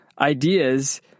ideas